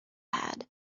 had